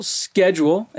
schedule